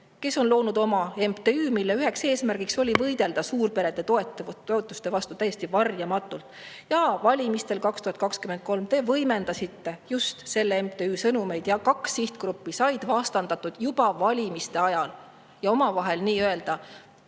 mille loomise üheks eesmärgiks oli võidelda suurperede toetuste vastu täiesti varjamatult. Ja valimistel 2023 te võimendasite just selle MTÜ sõnumeid, kaks sihtgruppi said vastandatud juba valimiste ajal ja omavahel nii-öelda